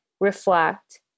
reflect